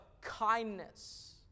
kindness